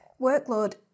workload